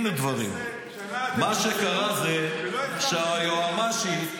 מה שקרה זה שהיועמ"שית,